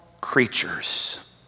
creatures